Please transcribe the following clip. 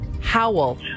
Howl